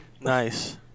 Nice